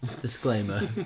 Disclaimer